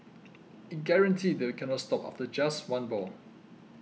I guarantee that you cannot stop after just one ball